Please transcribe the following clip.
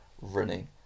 running